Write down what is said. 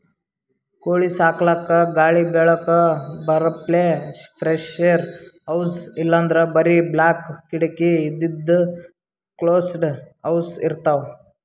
ಕೋಳಿ ಸಾಕಲಕ್ಕ್ ಗಾಳಿ ಬೆಳಕ್ ಬರಪ್ಲೆ ಫ್ರೆಶ್ಏರ್ ಹೌಸ್ ಇಲ್ಲಂದ್ರ್ ಬರಿ ಬಾಕ್ಲ್ ಕಿಡಕಿ ಇದ್ದಿದ್ ಕ್ಲೋಸ್ಡ್ ಹೌಸ್ ಇರ್ತವ್